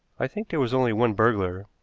i think there was only one burglar,